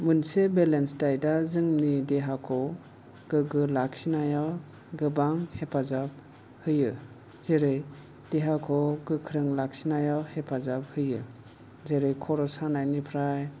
मोनसे बेलेन्स दाइदा जोंनि देहाखौ गोगो लाखिनायाव गोबां हेफाजाब होयो जेरै देहाखौ गोख्रों लाखिनायाव हेफाजाब होयो जेरै खर' सानायनिफ्राय